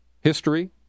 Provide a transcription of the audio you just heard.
history